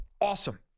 awesome